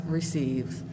receives